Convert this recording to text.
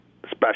special